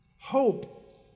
hope